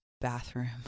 bathroom